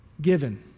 given